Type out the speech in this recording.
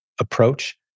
approach